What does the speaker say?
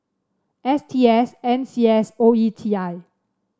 S T S N C S and O E T I